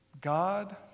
God